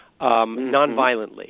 nonviolently